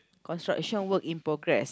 construction work in progress